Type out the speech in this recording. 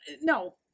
No